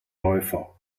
läufer